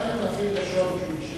נפעיל את השעון כשהוא